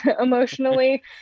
emotionally